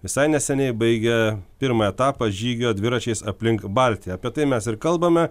visai neseniai baigė pirmą etapą žygio dviračiais aplink baltiją apie tai mes ir kalbame